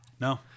No